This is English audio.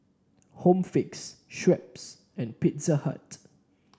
Home Fix Schweppes and Pizza Hut